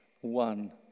one